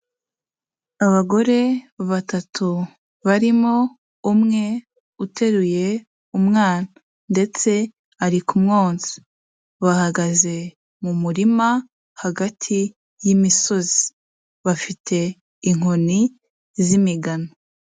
Abagore batatu barimo umwe uteruye umwana ndetse ari kumwonsa, bahagaze mu murima hagati y'imisozi bafite inkoni z'imigano.